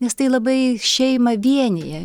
nes tai labai šeimą vienija